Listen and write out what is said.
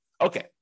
Okay